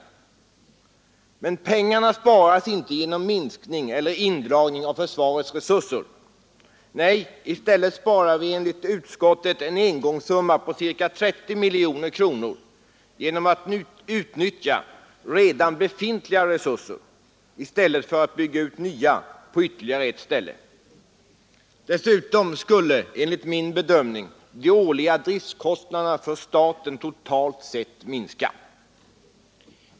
Men pengarna sparas inte genom minskning eller indragning av försvarets resurser. Nej, vi sparar enligt utskottet en engångssumma på ca 30 miljoner kronor genom att utnyttja redan befintliga resurser i stället för att bygga ut nya på ytterligare ett ställe. Dessutom skulle enligt min bedömning de årliga driftkostnaderna för staten totalt sett minska.